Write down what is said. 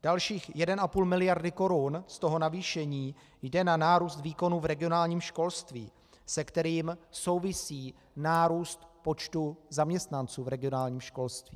Dalších 1,5 mld. korun z toho navýšení jde na nárůst výkonů v regionálním školství se kterým souvisí nárůst počtu zaměstnanců v regionálním školství.